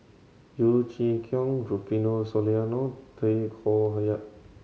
Yeo Chee Kiong Rufino Soliano Tay Koh Yat